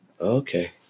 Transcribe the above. Okay